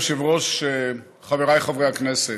אדוני היושב-ראש, חבריי חברי הכנסת,